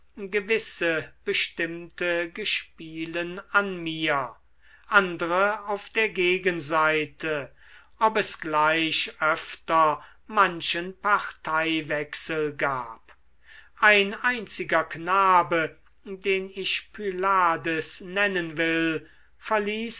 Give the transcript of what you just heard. gewisse bestimmte gespielen an mir andre auf der gegenseite ob es gleich öfter manchen parteiwechsel gab ein einziger knabe den ich pylades nennen will verließ